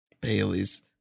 Bailey's